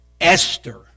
esther